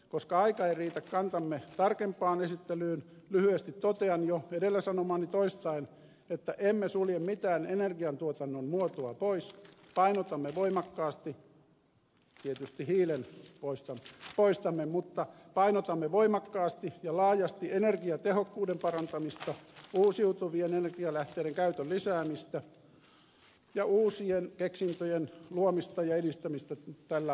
koska aika ei riitä kantamme tarkempaan esittelyyn lyhyesti totean jo edellä sanomaani toistaen että emme sulje mitään energiantuotannon muotoa pois painotamme voimakkaasti tietysti hiilen poistamme mutta painotamme voimakkaasti ja laajasti energiatehokkuuden parantamista uusiutuvien energialähteiden käytön lisäämistä ja uusien keksintöjen luomista ja edistämistä tällä alalla